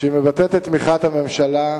שמבטאת את תמיכת הממשלה,